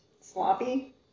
sloppy